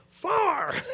Far